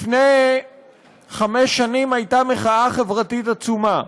לפני חמש שנים הייתה מחאה חברתית עצומה.